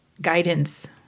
guidance